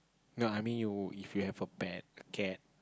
no I mean you if you have a pet a cat